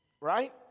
Right